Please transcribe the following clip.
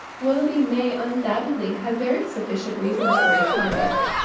willoughby may undoubtedly have very sufficient reasons for his conduct,